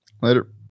Later